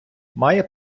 має